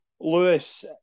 Lewis